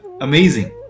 amazing